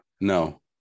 No